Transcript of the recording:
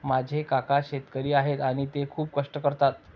माझे काका शेतकरी आहेत आणि ते खूप कष्ट करतात